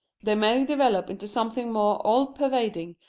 they may develop into something more all-pervading,